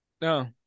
No